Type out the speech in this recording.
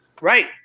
Right